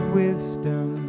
wisdom